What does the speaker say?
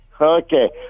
Okay